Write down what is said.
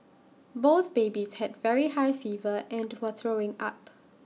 both babies had very high fever and were throwing up